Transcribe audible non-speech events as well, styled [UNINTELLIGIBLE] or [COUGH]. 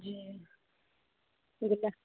जी [UNINTELLIGIBLE]